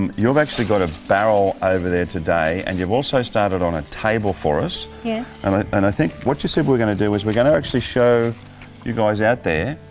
um you've actually got a barrel over today, and you've also started on a table for us. yes. and i and i think what you said we're going to do, is we're going to actually show you guys out there,